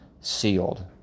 sealed